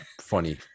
funny